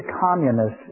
communists